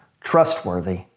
trustworthy